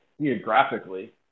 geographically